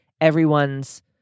everyone's